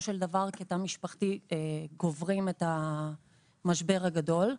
של דבר כתא משפחתי קוברים את המשבר הגדול.